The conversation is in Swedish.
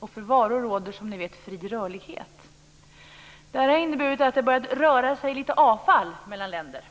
och för varor råder som vi vet fri rörlighet. Det har inneburit att det har börjat röra sig lite avfall mellan länder.